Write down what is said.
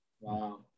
Wow